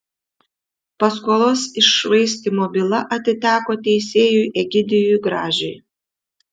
paskolos iššvaistymo byla atiteko teisėjui egidijui gražiui